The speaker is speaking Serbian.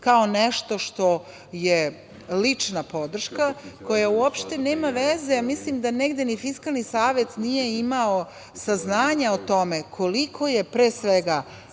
kao nešto što je lična podrška, koja uopšte nema veze, a mislim da negde ni Fiskalni savet nije imao saznanja o tome koliko je pre svega